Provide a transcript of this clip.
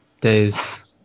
days